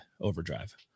overdrive